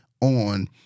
on